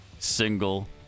single